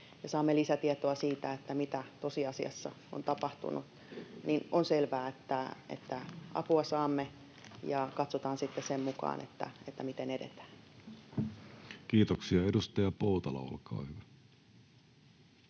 saamme lisätietoa siitä, mitä tosiasiassa on tapahtunut, on selvää, että apua saamme, ja katsotaan sitten sen mukaan, miten edetään. [Speech 745] Speaker: